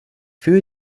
für